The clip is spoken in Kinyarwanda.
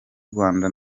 rwanda